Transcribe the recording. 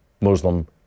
Muslim